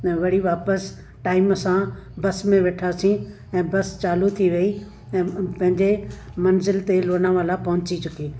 मां वरी वापसि टाइम सां बस में वेठासीं ऐं बस चालू थी वई ऐं पंहिंजे मंज़िल ते लोनावला पहुची चुकी